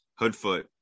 Hoodfoot